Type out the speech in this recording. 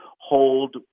hold